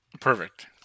Perfect